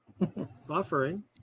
Buffering